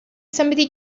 somebody